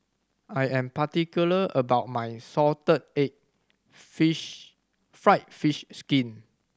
I am particular about my salted egg fish fried fish skin